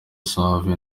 save